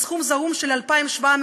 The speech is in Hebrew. מסכום זעום של 2,700,